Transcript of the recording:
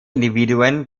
individuen